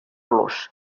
los